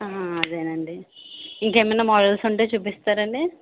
ఆహా అదేనండి ఇంకేమన్నా మోడల్స్ ఉంటే చూపిస్తారండి